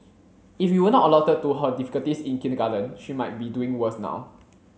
if we were not alerted to her difficulties in kindergarten she might be doing worse now